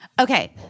Okay